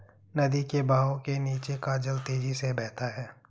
नदी के बहाव के नीचे का जल तेजी से बहता है